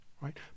right